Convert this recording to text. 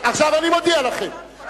עכשיו אני מודיע לכם,